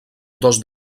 dos